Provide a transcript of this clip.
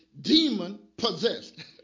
demon-possessed